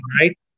right